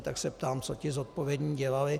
Tak se ptám, co ti zodpovědní dělali.